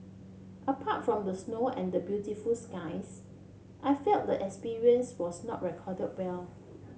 apart from the snow and the beautiful skies I felt the experience was not recorded well